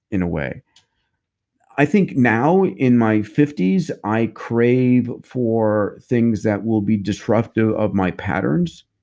in a way i think now, in my fifty s, i crave for things that will be disruptive of my patterns.